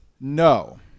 no